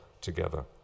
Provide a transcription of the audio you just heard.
together